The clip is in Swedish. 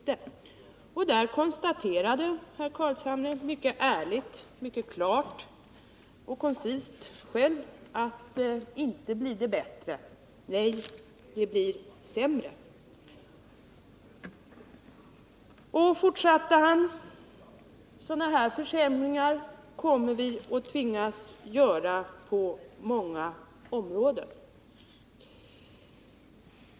Herr Carlshamre konstaterade mycket ärligt, klart och koncist att det inte blir bättre. Nej, det blir sämre. Herr Carlshamre sade sedan att vi på många områden kommer att tvingas till sådana här försämringar.